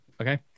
Okay